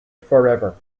forever